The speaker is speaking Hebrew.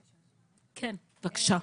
כן, בבקשה.